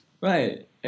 right